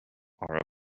are